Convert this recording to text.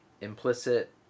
implicit